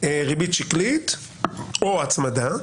ריבית שקלית או הצמדה.